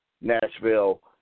Nashville